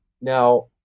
Now